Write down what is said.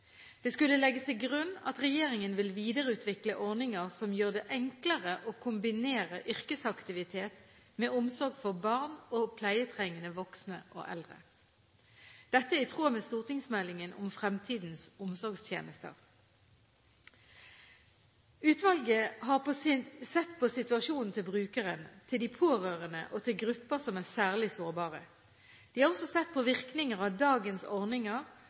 Det skulle legges til grunn at regjeringen vil videreutvikle ordninger som gjør det enklere å kombinere yrkesaktivitet med omsorg for barn og pleietrengende voksne og eldre. Dette er i tråd med stortingsmeldingen om fremtidens omsorgstjenester. Utvalget har sett på situasjonen til brukeren, til de pårørende og til grupper som er særlig sårbare. De har også sett på virkninger av dagens ordninger